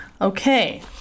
Okay